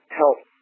help